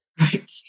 Right